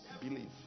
believe